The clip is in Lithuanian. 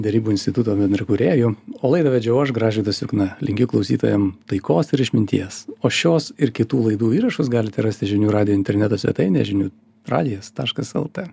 derybų instituto bendraįkūrėju o laidą vedžiau aš gražvydas jukna linkiu klausytojam taikos ir išminties o šios ir kitų laidų įrašus galite rasti žinių radijo interneto svetainėje žinių radijas taškas lt